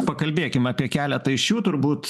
pakalbėkim apie keletą iš jų turbūt